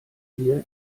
hier